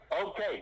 Okay